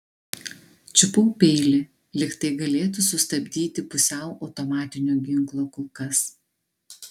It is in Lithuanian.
čiupau peilį lyg tai galėtų sustabdyti pusiau automatinio ginklo kulkas